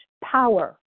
power